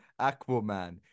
Aquaman